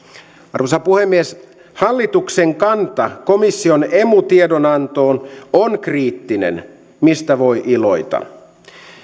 arvoisa puhemies hallituksen kanta komission emu tiedonantoon on kriittinen mistä voi iloita